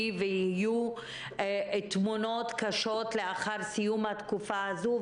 ויהיו תמונות קשות לאחר סיום התקופה הזו,